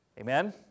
Amen